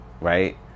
right